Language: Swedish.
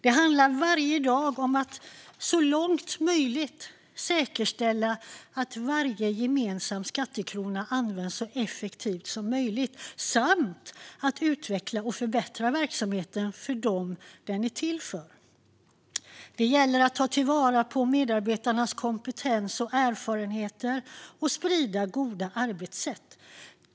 Det handlar varje dag om att så långt som möjligt säkerställa att varje gemensam skattekrona används så effektivt som möjligt samt att utveckla och förbättra verksamheten för dem den är till för. Det gäller att ta till vara medarbetarnas kompetens och erfarenheter och sprida goda arbetssätt.